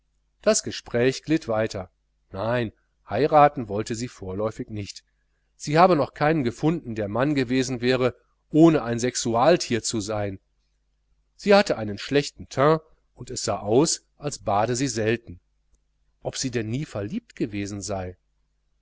das gespräch glitt weiter nein heiraten wollte sie vorläufig nicht sie habe noch keinen gefunden der mann gewesen wäre ohne ein sexualtier zu sein sie hatte einen schlechten teint und es sah aus als bade sie selten ob sie denn nie verliebt gewesen sei